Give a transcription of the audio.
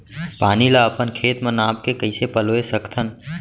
पानी ला अपन खेत म नाप के कइसे पलोय सकथन?